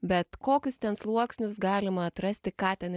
bet kokius ten sluoksnius galima atrasti ką ten